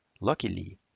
Luckily